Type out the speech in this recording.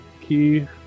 key